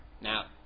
now